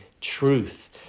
truth